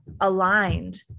aligned